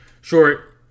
short